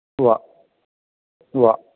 ഉവ്വ് ഉവ്വ്